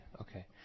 okay